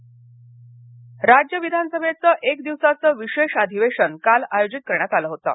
विधानसभा राज्य विधानसभेचं एक दिवसाचं विशेष अधिवेशन काल आयोजित करण्यात आलं होतं